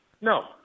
No